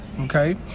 okay